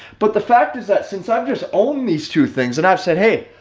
but the fact is that since i've just own these two things and i've said hey,